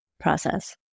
process